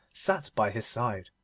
sat by his side.